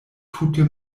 tute